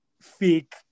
fake